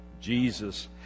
Jesus